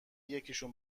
یکیشون